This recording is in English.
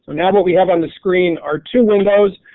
now what we have on the screen are two windows,